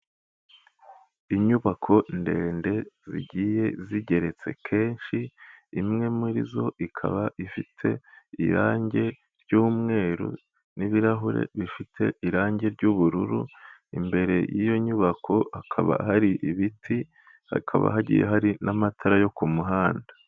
Inyubako ndende zigiye zigeretse kenshi, imwe muri zo ikaba ifite irangi ry'umweru n'ibirahure bifite irangi ry'ubururu, imbere y'iyo nyubako hakaba hari ibiti, hakaba hagiye hari n'amatara yo ku muhanda.